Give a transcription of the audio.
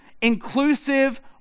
inclusive